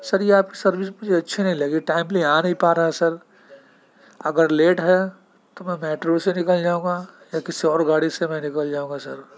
سر یہ آپ کی سروس مجھے اچھی نہیں لگی ٹائملی آ نہیں پا رہا ہے سر اگر لیٹ ہے تو میں میٹرو سے نکل جاؤں گا یا کسی اور گاڑی سے میں نکل جاؤں گا سر